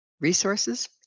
resources